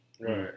Right